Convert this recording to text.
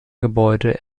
gebäude